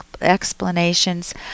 explanations